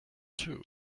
too